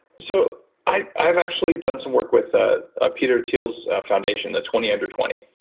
so i've i've actually done some work with ah ah peter thiel's foundation the twenty under twenty,